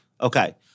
okay